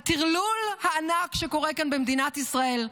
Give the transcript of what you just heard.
הטרלול הענק שקורה כאן במדינת ישראל.